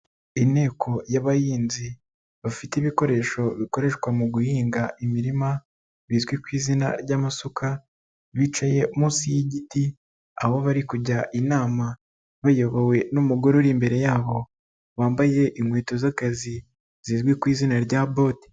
Inteko y'abahinzi bafite ibikoresho bikoreshwa mu guhinga imirima, bizwi ku izina ry'amasuka bicaye munsi y'igiti aho bari kujya inama bayobowe n'umugore uri imbere y'abo, wambaye inkweto z'akazi zizwi ku izina rya bote.